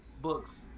books